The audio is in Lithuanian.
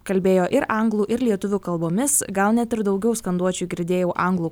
kalbėjo ir anglų ir lietuvių kalbomis gal net ir daugiau skanduočių girdėjau anglų